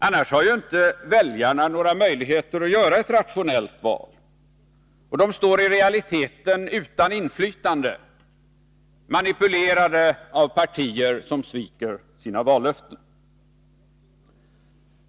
Annars har ju inte väljarna några möjligheter att göra ett rationellt val, och de står i realiteten utan inflytande, manipulerade av partier som sviker sina vallöften.